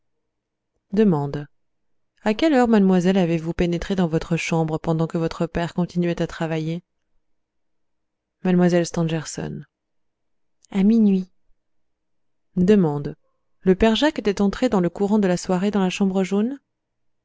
à quelle heure mademoiselle avez-vous pénétré dans votre chambre pendant que votre père continuait à travailler mlle stangerson à minuit d le père jacques était entré dans le courant de la soirée dans la chambre jaune